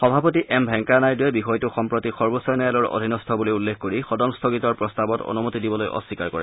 সভাপতি এম ভেংকায়া নাইডুৱে বিষয়টো সম্প্ৰতি সৰ্বোচ্ছ ন্যায়ালয়ৰ অধীনস্থ বুলি উল্লেখ কৰি সদন স্থগিতৰ প্ৰস্তাৱত অনুমতি দিবলৈ অস্বীকাৰ কৰে